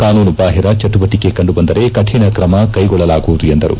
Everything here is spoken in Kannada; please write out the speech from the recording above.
ಕಾನೂನು ಬಾಹಿರ ಚಟುವಟಕೆ ಕಂಡು ಬಂದರೆ ಕಠಿಣ ಕ್ರಮ ಕೈಗೊಳ್ಳುವುದು ಎಂದರು